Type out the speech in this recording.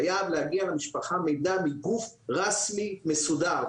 חייב להגיע למשפחה מידע מגוף רשמי מסודר,